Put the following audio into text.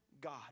God